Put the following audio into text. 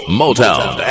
motown